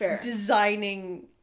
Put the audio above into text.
designing